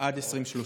עד 2030?